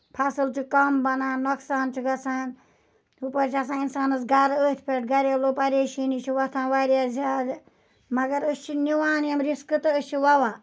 فَصل چھُ کَم بَنان نۄقصان چھُ گژھان ہُپٲرۍ چھُ آسان اِنسانس گرٕ أتھۍ پٮ۪ٹھ گریلوٗ پَریشٲنی چھےٚ وۄتھان واریاہ زیادٕ مَگر أسۍ چھِ نِوان یِم رِسکہٕ تہٕ أسۍ چھِ وَوان